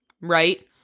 right